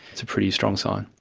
it's a pretty strong sign.